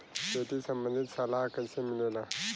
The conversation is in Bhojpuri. खेती संबंधित सलाह कैसे मिलेला?